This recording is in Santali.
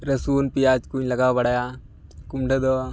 ᱨᱟᱹᱥᱩᱱ ᱯᱤᱭᱟᱡᱽᱠᱚᱧ ᱞᱟᱜᱟᱣ ᱵᱟᱲᱟᱭᱟ ᱠᱩᱢᱲᱟᱹᱫᱚ